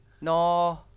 no